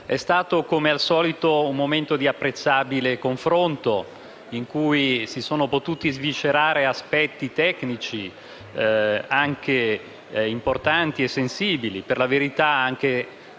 è stato, come al solito, un momento di apprezzabile confronto, in cui si sono potuti sviscerare aspetti tecnici, importanti e sensibili, per la verità